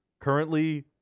Currently